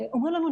אומרים לנו,